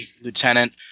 lieutenant